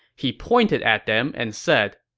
he pointed at them and said,